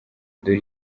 dore